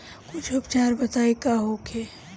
कुछ उपचार बताई का होखे?